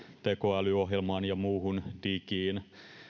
tekoälyohjelmaan ja muuhun digiin